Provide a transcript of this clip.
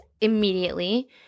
immediately